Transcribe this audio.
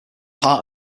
heart